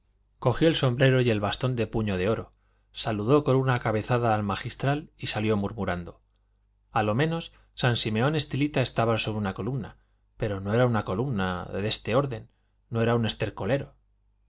cogió el sombrero y el bastón de puño de oro saludó con una cabezada al magistral y salió murmurando a lo menos san simeón estilita estaba sobre una columna pero no era una columna de este orden no era un estercolero